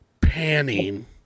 panning